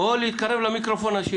אסור לקבל את זה.